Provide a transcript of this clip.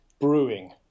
brewing